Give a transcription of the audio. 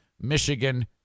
Michigan